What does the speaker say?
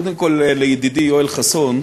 קודם כול, לידידי יואל חסון,